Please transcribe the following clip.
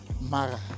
Mara